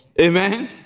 Amen